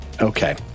Okay